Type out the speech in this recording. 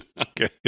Okay